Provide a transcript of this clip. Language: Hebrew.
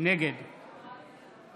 נגד